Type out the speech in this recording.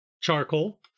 charcoal